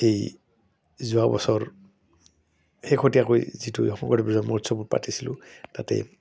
এই যোৱা বছৰ শেষতীয়াকৈ যিটো শংকৰদেৱ জন্ম উৎসৱত পাতিছিলোঁ তাতে